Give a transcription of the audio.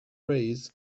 rays